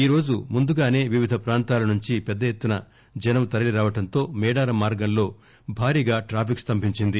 ఈరోజు ముందుగాసే వివిధ ప్రాంతాల నుంచి పెద్ద ఎత్తున జనం తరలిరావడంతో మేడారం మార్గంలో భారీగా ట్రాఫిక్ స్తంభించింది